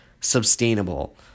sustainable